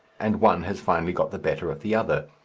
and one has finally got the better of the other,